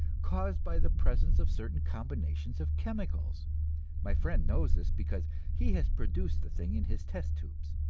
caused by the presence of certain combinations of chemicals my friend knows this, because he has produced the thing in his test-tubes.